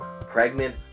pregnant